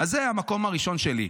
אז זה המקום הראשון שלי.